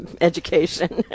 education